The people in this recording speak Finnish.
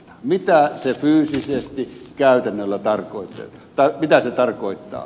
mitä se fyysisesti käytännössä tarkoittaa